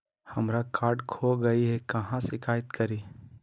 हमरा कार्ड खो गई है, कहाँ शिकायत करी?